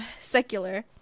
secular